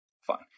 Fine